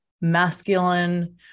masculine